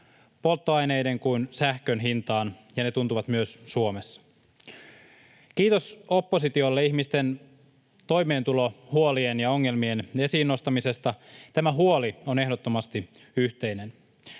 polttoaineiden kuin sähkön hintaan, ja ne tuntuvat myös Suomessa. Kiitos oppositiolle ihmisten toimeentulohuolien ja -ongelmien esiin nostamisesta — tämä huoli on ehdottomasti yhteinen.